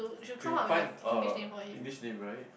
to find a English name right